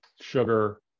Sugar